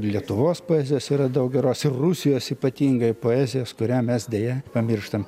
lietuvos poezijos yra daug geros rusijos ypatingai poezijos kurią mes deja pamirštam